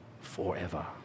forever